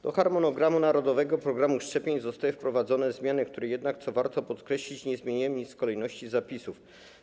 Do harmonogramu narodowego programu szczepień zostały wprowadzone zmiany, które jednak, co warto podkreślić, nie zmieniają nic w kolejności zapisów.